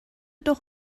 doch